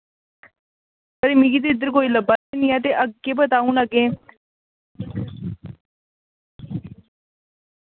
एह् मिगी ते कोई लबभा दा निं ऐ केह् पता अग्गें